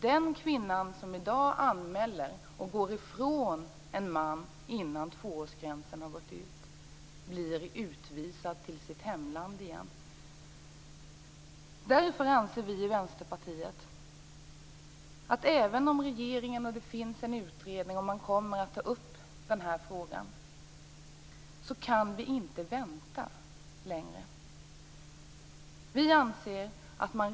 Den kvinna som i dag anmäler och går ifrån en man före tvåårsgränsen blir nämligen utvisad till sitt hemland igen. Därför anser vi i Vänsterpartiet - även om det finns en utredning och man kommer att ta upp frågan - att vi inte kan vänta längre.